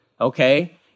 okay